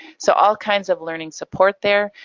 so all kinds of learning support there.